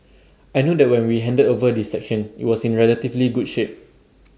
I know that when we handed over this section IT was in relatively good shape